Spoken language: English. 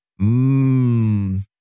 Mmm